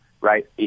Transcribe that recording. right